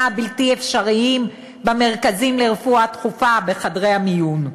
הבלתי-אפשריים במרכזים לרפואה דחופה ובחדרי המיון.